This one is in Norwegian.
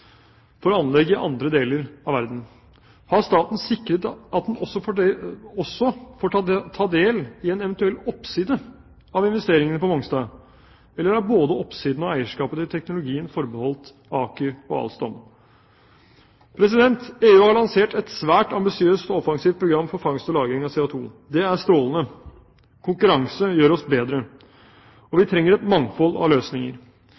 for anlegg i andre deler av verden. Har staten sikret at den også får ta del i en eventuell oppside av investeringene på Mongstad, eller er både oppsiden og eierskapet til teknologien forbeholdt Aker Clean Carbon og Alstom? EU har lansert et svært ambisiøst og offensivt program for fangst og lagring av CO2. Det er strålende. Konkurranse gjør oss bedre, og vi trenger et mangfold av løsninger.